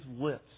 lips